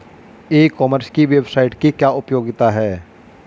ई commerce की website की क्या उपयोगिता है?